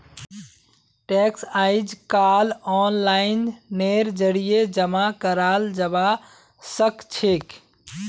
tax अइजकाल ओनलाइनेर जरिए जमा कराल जबा सखछेक